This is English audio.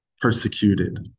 persecuted